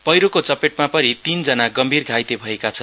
पैहोको चपेटमा परी तीन जना गम्भीर घाइते भएका छन्